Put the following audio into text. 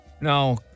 No